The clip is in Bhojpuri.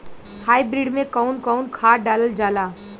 हाईब्रिड में कउन कउन खाद डालल जाला?